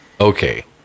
Okay